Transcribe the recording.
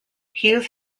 hughes